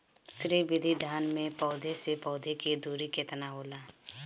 श्री विधि धान में पौधे से पौधे के दुरी केतना होला?